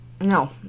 No